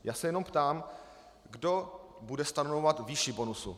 Já se jenom ptám, kdo bude stanovovat výši bonusu?